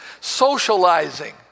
socializing